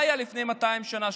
מה היה לפני 200 שנה?